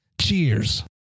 Cheers